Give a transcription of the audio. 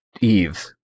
eve